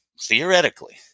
theoretically